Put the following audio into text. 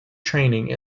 training